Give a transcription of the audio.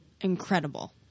incredible